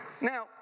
Now